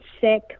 sick